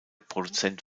produzent